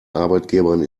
arbeitgebern